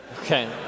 Okay